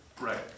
Right